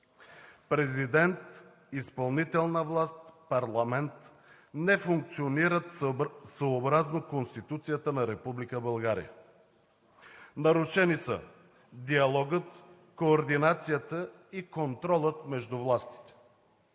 Президент, изпълнителна власт и парламент не функционират съобразно Конституцията на Република България. Нарушени са диалогът, координацията и контролът между властите.